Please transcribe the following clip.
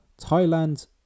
Thailand